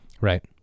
Right